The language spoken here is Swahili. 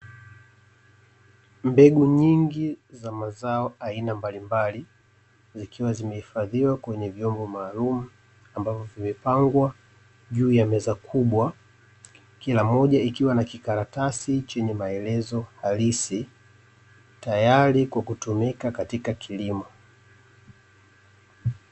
Mbegu nyingi za mazao aina mbalimbali, zikiwa zimehifadhiwa kwenye vyombo maalumu, ambavyo vimepangwa juu ya meza kubwa, kila moja ikiwa na kikaratasi chenye maelezo halisi, tayari kwa kutumika katika kilimo.